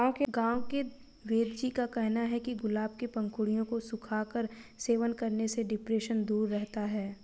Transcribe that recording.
गांव के वेदजी का कहना है कि गुलाब के पंखुड़ियों को सुखाकर सेवन करने से डिप्रेशन दूर रहता है